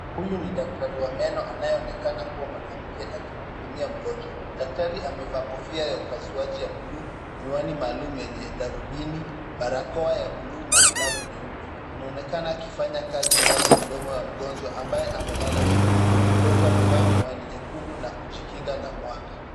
Huyu ni daktari wa meno anayeonekana kuwa mwanamke akimhudumia mgonjwa. Daktari amevaa kofia ya upasuaji ya bluu, miwani maalum yenye darubini, barakoa ya bluu na glavu nyeupe. Anaonekana akifanya kazi ndani ya mdomo wa mgonjwa ambaye amelala chini. Mgonjwa amevaa miwani nyekundu na kujikinga na mwanga.